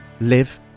live